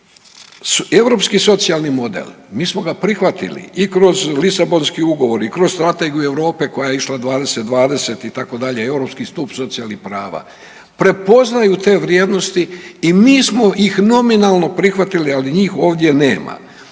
Europski socijalni model, mi smo ga prihvatili i kroz Lisabonski ugovor i kroz Strategiju Europe koja je išla 2020 itd., Europski stup socijalnih prava prepoznaju te vrijednosti i mi smo ih nominalno prihvatili, ali njih ovdje nema.